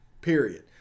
Period